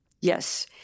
Yes